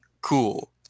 cool